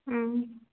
हँ